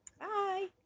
bye